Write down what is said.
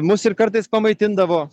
mus ir kartais pamaitindavo